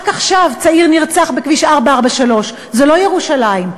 רק עכשיו צעיר נרצח בכביש 443. זה לא ירושלים,